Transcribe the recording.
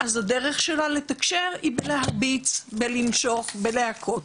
אז הדרך שלה לתקשר היא בלהרביץ, בלנשוך, בלהכות.